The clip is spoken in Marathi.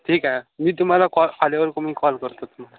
ठीक आहे मी तुम्हाला कॉ आल्यावरती मी कॉल करतो तुम्हाला